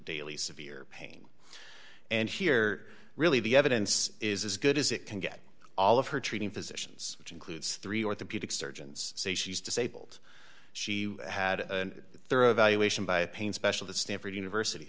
daily severe pain and here really the evidence is as good as it can get all of her treating physicians which includes three orthopedic surgeons say she's disabled she had a thorough evaluation by a pain specialist stanford university